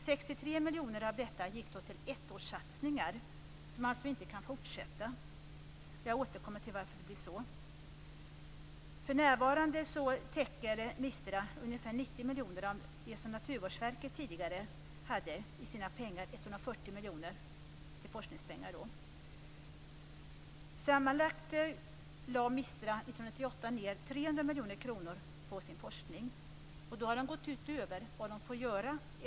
63 miljoner kronor av detta gick till ettårssatsningar, som alltså inte kan fortsätta. Jag återkommer till varför det blir så. För närvarande täcker MISTRA ungefär 90 miljoner av det som Naturvårdsverket tidigare hade, 140 Då har den gått utöver vad den får göra.